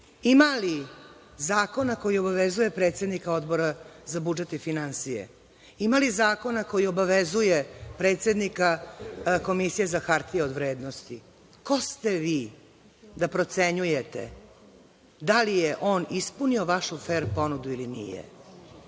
Ima li zakona koji obavezuje predsednika Odbora za budžet i finansije? Ima li zakona koji obavezuje predsednika Komisije za hartije od vrednosti? Ko ste vi da procenjujete da li je on ispunio vašu fer ponudu ili nije?